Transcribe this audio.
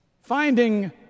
Finding